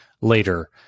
later